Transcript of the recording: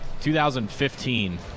2015